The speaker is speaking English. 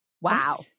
Wow